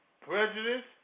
prejudice